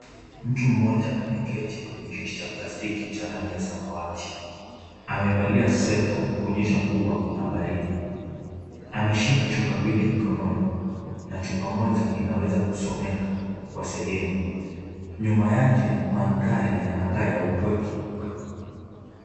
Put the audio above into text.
Mtu mmoja ameketi kwenye kiti cha plastiki cha rangi ya samawati. Amevalia sweta kuonyesha kuwa kuna baridi. Ameshika chupa mbili mkononi na chupa moja inaweza kusomeka kwa sehemu. Nyuma yake maandhari yanakaa ya upweke.